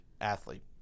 athlete